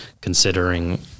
considering